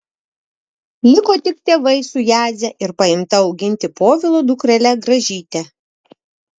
liko tik tėvai su jadze ir paimta auginti povilo dukrele gražyte